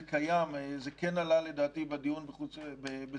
קיים זה כן עלה לדעתי בדיון בשדרות,